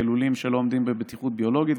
לולים שלא עומדים בבטיחות ביולוגית,